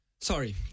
sorry